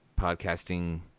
podcasting